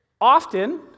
Often